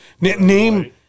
name